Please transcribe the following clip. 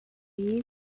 you